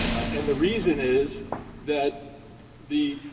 and the reason is that the